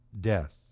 death